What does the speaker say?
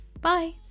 Bye